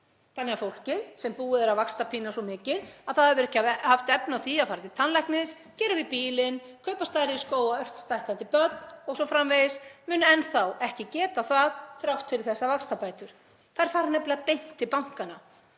Þannig að fólkið sem búið er að vaxtapína svo mikið að það hefur ekki haft efni á því að fara til tannlæknis, gera við bílinn, kaupa stærri skó á ört stækkandi börn o.s.frv. mun enn þá ekki geta það þrátt fyrir þessar vaxtabætur. Þær fara nefnilega beint til bankanna.